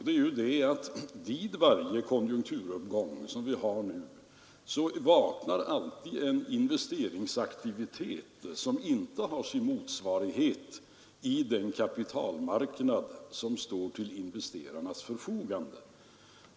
Det är det att vid varje konjunkturuppgång — som vi har nu — vaknar en vilja till investeringsaktivitet som inte har sin motsvarighet i den kapitalmarknad som står till investerarnas förfogande.